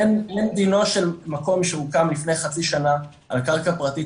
אין דינו של מקום שהוקם לפני חצי שנה על קרקע פרטית,